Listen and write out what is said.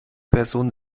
person